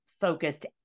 focused